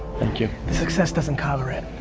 thank you. success doesn't cover it.